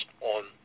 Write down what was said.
on